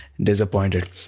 disappointed